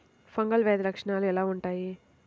Fungal వ్యాధి లక్షనాలు ఎలా వుంటాయి?